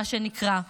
מה שנקרא,